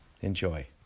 Enjoy